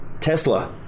Tesla